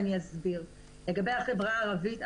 לגבי החברה הערבית,